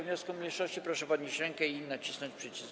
wniosku mniejszości, proszę podnieść rękę i nacisnąć przycisk.